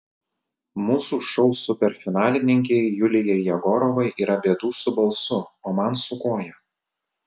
mūsų šou superfinalininkei julijai jegorovai yra bėdų su balsu o man su koja